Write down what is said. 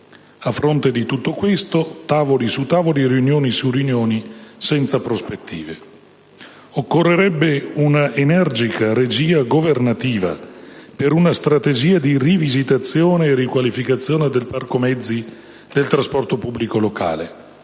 A fronte di tutto questo, tavoli su tavoli e riunioni su riunioni. Senza prospettive. Occorrerebbe una energica regia governativa per una strategia di rivisitazione e riqualificazione del parco mezzi del trasporto pubblico locale: